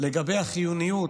לגבי החיוניות,